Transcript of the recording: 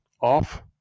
off